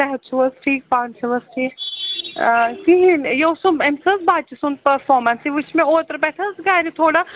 صحت چھُو حظ ٹھیٖک پانہٕ چھِو حظ ٹھیٖک کِہیٖنۍ یہِ اوسُم أمِس حظ بَچہِ سُنٛد پٔرفارمن یہِ وٕچھ مےٚ اوترٕ پٮ۪ٹھ حظ گَرِ تھوڑا